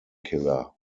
killer